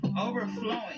Overflowing